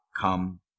come